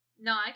No